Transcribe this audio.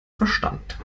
verstand